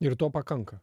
ir to pakanka